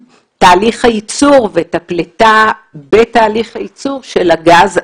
תהליך הייצור ואת הפליטה בתהליך הייצור של הגז.